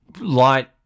light